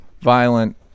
violent